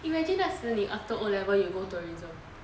imagine 那时你 after O-level you go tourism